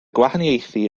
gwahaniaethu